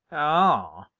ah!